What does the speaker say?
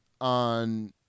on